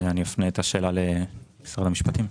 אני אפנה את השאלה למשרד המשפטים.